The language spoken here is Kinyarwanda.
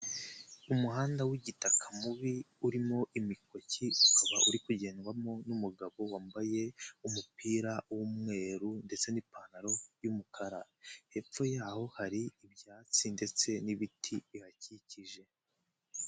Umuhanda w'igitaka mubi urimo imikoki ukaba uri kugendwamo n'umugabo wambaye umupira w'umweru ndetse n'ipantaro y'umukara, hepfo y'aho hari ibyatsi ndetse n'ibiti bihakikije.